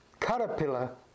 caterpillar